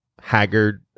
haggard